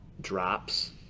drops